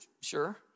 Sure